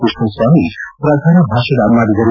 ಕೃಷ್ಣಸ್ವಾಮಿ ಪ್ರಧಾನ ಭಾಷಣ ಮಾಡಿದರು